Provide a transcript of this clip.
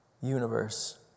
universe